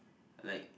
like